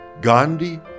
Gandhi